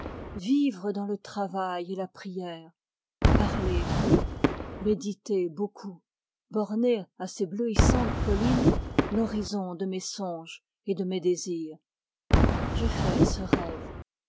vivre dans le travail et la prière parler peu méditer beaucoup borner à ces bleuissantes collines l'horizon de mes songes et de mes désirs j'ai fait ce rêve